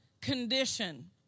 condition